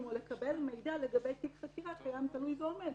או לקבל מידע לגבי תיק חקירה תלוי ועומד.